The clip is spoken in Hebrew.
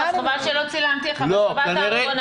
אז חבל שלא צילמתי לך בשבת פעם אחרונה,